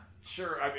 sure